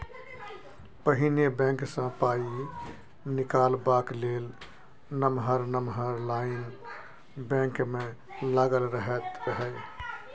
पहिने बैंक सँ पाइ निकालबाक लेल नमहर नमहर लाइन बैंक मे लागल रहैत रहय